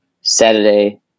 saturday